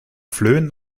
flöhen